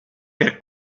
per